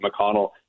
McConnell